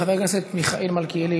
חבר הכנסת מיכאל מלכיאלי,